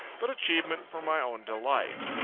but achievement for my own delight.